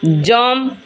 jump